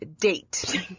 Date